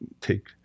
take